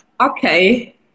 okay